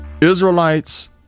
Israelites